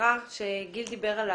ובקרה שגיל דיבר עליו,